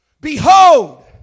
behold